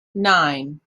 nine